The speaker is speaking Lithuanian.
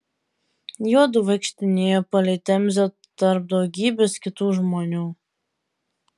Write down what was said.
juodu vaikštinėjo palei temzę tarp daugybės kitų žmonių